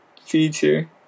Feature